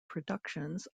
productions